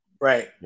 Right